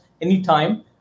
anytime